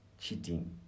cheating